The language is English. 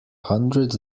hundred